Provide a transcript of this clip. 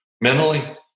mentally